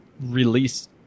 release